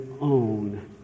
own